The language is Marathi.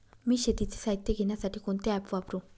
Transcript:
मी शेतीचे साहित्य घेण्यासाठी कोणते ॲप वापरु?